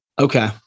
Okay